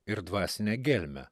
ir dvasinę gelmę